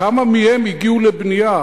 כמה מהן הגיעו לבנייה?